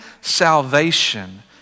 salvation